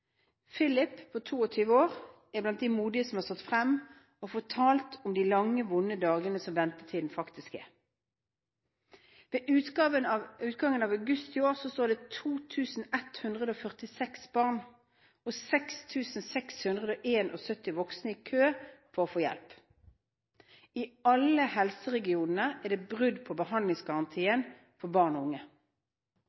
på 22 år er blant de modige som har stått frem og fortalt om de lange, vonde dagene som ventetiden faktisk er. Ved utgangen av august i år sto det 2 146 barn og 6 671 voksne i kø for å få hjelp. I alle helseregionene er det brudd på